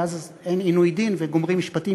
כי אז אין עינוי דין וגומרים משפטים